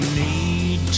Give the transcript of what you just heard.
need